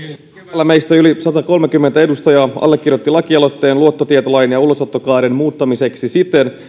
puhemies keväällä yli satakolmekymmentä edustajaa allekirjoitti lakialoitteen luottotietolain ja ulosottokaaren muuttamiseksi siten